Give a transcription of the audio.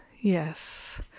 yes